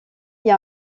est